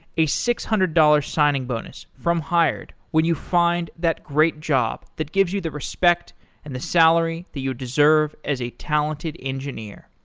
a six hundred dollars signing bonus from hired when you find that great job that gives you the respect and the salary that you deserve as a talented engineer.